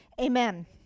Amen